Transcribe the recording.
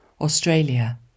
Australia